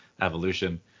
evolution